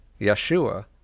Yeshua